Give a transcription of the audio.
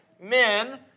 men